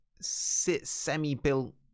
semi-built